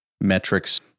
metrics